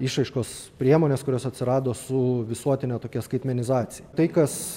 išraiškos priemonės kurios atsirado su visuotine tokia skaitmenizacija tai kas